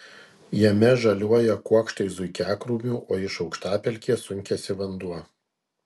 jame žaliuoja kuokštai zuikiakrūmių o iš aukštapelkės sunkiasi vanduo